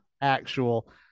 actual